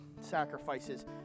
sacrifices